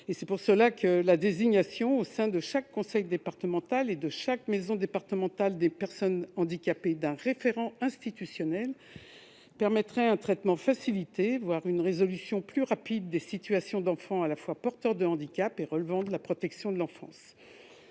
la raison pour laquelle la désignation au sein de chaque conseil départemental et de chaque maison départementale des personnes handicapées d'un référent institutionnel permettrait un traitement facilité, voire une résolution plus rapide, des situations d'enfants à la fois porteurs de handicap et relevant de la protection de l'enfance.